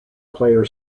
player